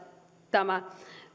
tämä